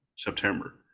September